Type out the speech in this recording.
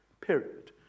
period